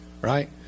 Right